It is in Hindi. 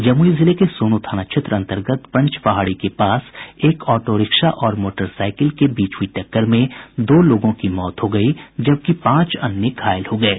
जमुई जिले के सोनो थाना क्षेत्र अंतर्गत पंच पहाड़ी के पास एक ऑटोरिक्शा और मोटरसाईकिल के बीच हुई टक्कर में दो लोगों की मौके पर ही मौत हो गयी जबकि पांच अन्य घायल हो गये